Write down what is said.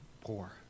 poor